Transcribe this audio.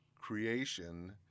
creation